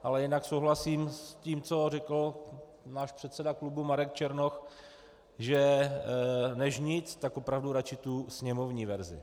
Ale jinak souhlasím s tím, co řekl náš předseda klubu Marek Černoch, že než nic, tak opravdu radši sněmovní verzi.